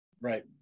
Right